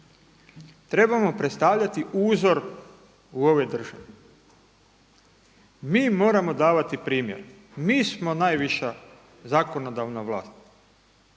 trebamo predstavljati uzor u ovoj državi. Mi moramo davati primjer. Mi smo najviša zakonodavna vlast.